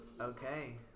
Okay